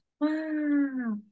Wow